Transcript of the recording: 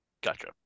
Gotcha